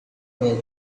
nel